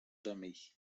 jamais